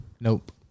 nope